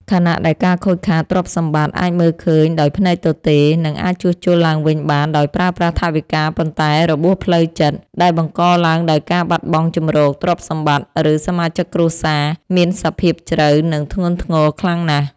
ខណៈដែលការខូចខាតទ្រព្យសម្បត្តិអាចមើលឃើញដោយភ្នែកទទេ និងអាចជួសជុលឡើងវិញបានដោយប្រើប្រាស់ថវិកា ប៉ុន្តែ របួសផ្លូវចិត្ត ដែលបង្កឡើងដោយការបាត់បង់ជម្រក ទ្រព្យសម្បត្តិ ឬសមាជិកគ្រួសារ មានសភាពជ្រៅ និងធ្ងន់ធ្ងរខ្លាំងណាស់។